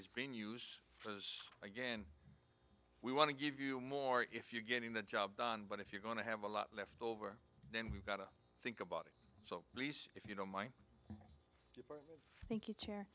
is being used for us again we want to give you more if you're getting the job done but if you're going to have a lot left over then we've got to think about it so if you don't mind thank